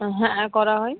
হ্যাঁ করা হয়